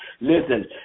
Listen